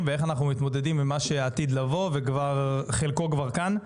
ואיך אנחנו מתמודדים עם מה שעתיד לבוא וכבר חלקו כבר כאן,